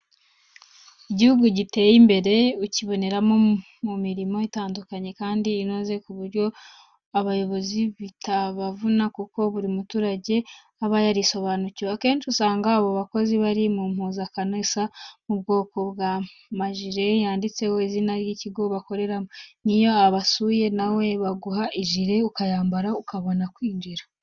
Igihugu giteye imbere ukibonera mu mirimo itandukanye, kandi inoze ku buryo abayobozi bitabavuna kuko buri muturage aba yarisobanukiwe. Akenshi usanga abo bakozi bari mu mpuzankano isa iri mu bwoko bw'amajire yanditseho izina ry'ikigo bakoreramo, n'iyo ubasuye nawe baguha ijire ukayambara ukabona kwinjira.